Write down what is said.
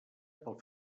pel